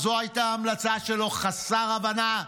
הרי זו הייתה ההמלצה שלו, חסר הבנה,